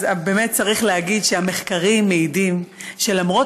באמת צריך להגיד שהמחקרים מעידים שלמרות